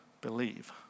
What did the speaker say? believe